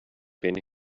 been